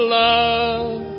love